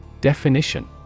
Definition